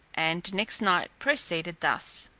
and next night proceeded thus.